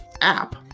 app